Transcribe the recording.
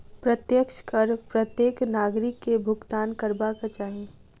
प्रत्यक्ष कर प्रत्येक नागरिक के भुगतान करबाक चाही